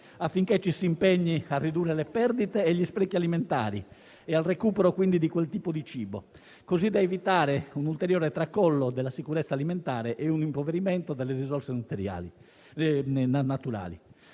affinché ci si impegni a ridurre le perdite e gli sprechi alimentari e al recupero quindi di quel tipo di cibo, così da evitare un ulteriore tracollo della sicurezza alimentare e un impoverimento delle risorse naturali.